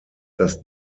dass